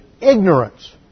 ignorance